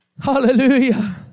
hallelujah